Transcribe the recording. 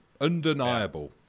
Undeniable